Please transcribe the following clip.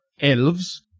Elves